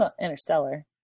Interstellar